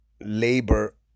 labor